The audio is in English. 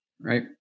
Right